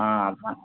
ஆ அதுதான்